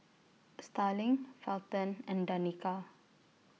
Starling Felton and Danica